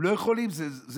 הם לא יכולים, זה